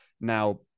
Now